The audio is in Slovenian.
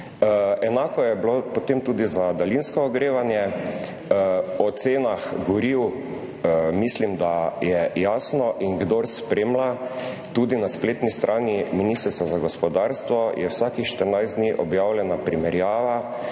Enako je bilo potem tudi za daljinsko ogrevanje. O cenah goriv mislim, da je jasno in kdor spremlja, tudi na spletni strani ministrstva za gospodarstvo je vsakih štirinajst dni objavljena primerjava